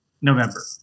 November